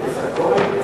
יצחק כהן,